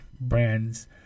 brands